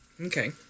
Okay